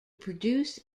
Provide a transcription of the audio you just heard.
produce